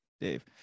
dave